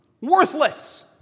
worthless